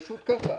פשוט כך.